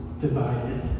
divided